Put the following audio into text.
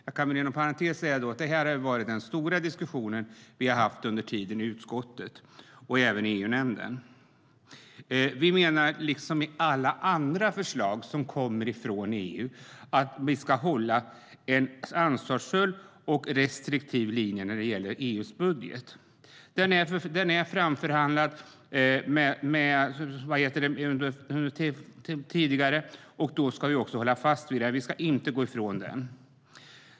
Jag kan inom parentes säga att det har varit den stora diskussion som vi har haft i utskottet och även EU-nämnden. Vi menar, liksom beträffande alla andra förslag som kommer från EU, att vi ska hålla en ansvarsfull och restriktiv linje när det gäller EU:s budget. Den är framförhandlad sedan tidigare, och då ska vi också hålla fast vid den och inte gå ifrån den.